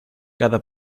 cada